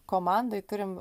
komandoj turim